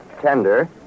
tender